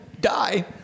die